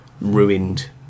ruined